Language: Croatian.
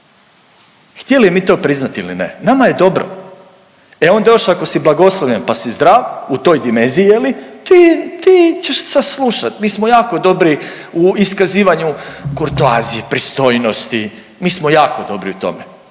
htjeli mi to priznati ili ne, nama je dobro. E onda još ako si blagoslovljen pa si zdrav u toj dimenziji je li ti ćeš saslušati. Mi smo jako dobri u iskazivanju kurtoazije, pristojnosti. Mi smo jako dobri u tome,